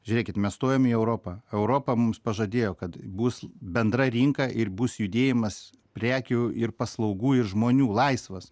žiūrėkit mes stojom į europą europa mums pažadėjo kad bus bendra rinka ir bus judėjimas prekių ir paslaugų ir žmonių laisvas